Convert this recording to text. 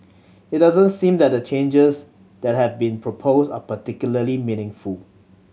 it doesn't seem that the changes that have been proposed are particularly meaningful